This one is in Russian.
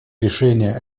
решения